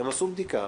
הם עשו בדיקה,